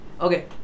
Okay